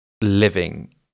living